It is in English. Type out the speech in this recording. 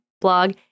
blog